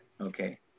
Okay